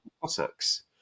Cossacks